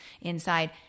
inside